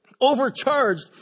overcharged